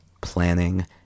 planning